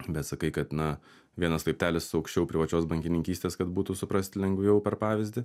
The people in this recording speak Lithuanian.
bet sakai kad na vienas laiptelis aukščiau privačios bankininkystės kad būtų suprast lengviau per pavyzdį